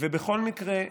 בכל מקרה,